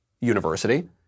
university